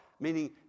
Meaning